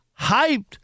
hyped